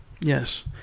Yes